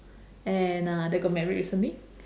and uh they got married recently